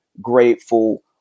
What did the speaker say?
grateful